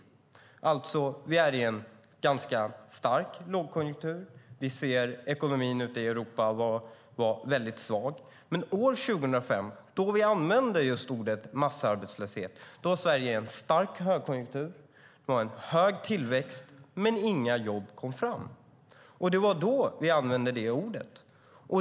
Vi är alltså i en ganska stark lågkonjunktur. Vi ser att ekonomin ute i Europa har varit väldigt svag. Men år 2005, då vi använde just ordet massarbetslöshet, var Sverige i en stark högkonjunktur och hade en hög tillväxt. Men inga jobb kom fram. Det var då vi använde det ordet.